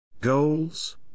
Goals